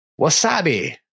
Wasabi